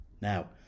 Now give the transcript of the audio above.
Now